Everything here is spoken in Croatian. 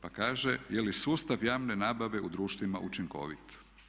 Pa kaže je li sustav javne nabave u društvima učinkovit.